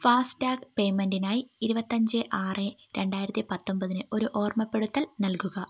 fast tag പേയ്മെൻറിനായി ഇരുപത്തിയഞ്ച് ആറ് രണ്ടായിരത്തി പത്തൊൻപതിന് ഒരു ഓർമ്മപ്പെടുത്തൽ നൽകുക